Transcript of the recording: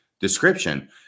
description